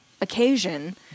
occasion